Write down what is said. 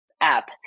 app